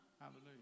Hallelujah